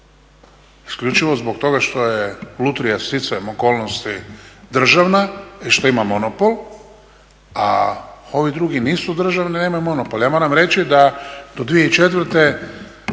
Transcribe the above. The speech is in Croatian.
Isključivo zbog toga što je lutrija sticajem okolnosti državna i što ima monopol, a ovi drugi nisu državni i nemaju monopol.